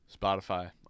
Spotify